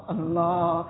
Allah